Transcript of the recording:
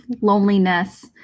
loneliness